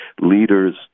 leaders